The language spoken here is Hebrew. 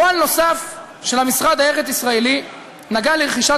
פועל נוסף של "המשרד הארץ-ישראלי" נגע לרכישת